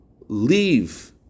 leave